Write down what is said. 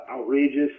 outrageous